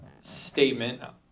statement